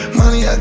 money